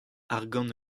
arcʼhant